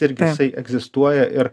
irgi isai egzistuoja ir